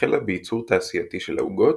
החלה בייצור תעשייתי של העוגות,